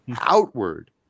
outward